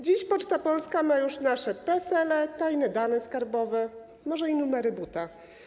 Dziś Poczta Polska ma już nasze PESEL-e, tajne dane skarbowe, może i numery butów.